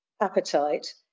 appetite